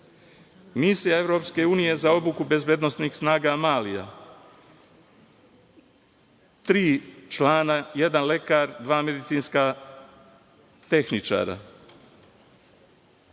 UNESKO.Misija EU za obuku bezbednosnih snaga Malija, tri člana, jedan lekar, dva medicinska tehničara.